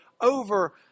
over